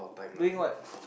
doing what